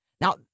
Now